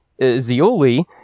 Zioli